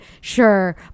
sure